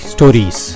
Stories